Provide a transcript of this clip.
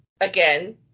Again